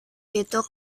itu